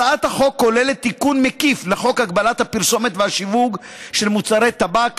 הצעת החוק כוללת תיקון מקיף לחוק הגבלת הפרסומת והשיווק של מוצרי טבק,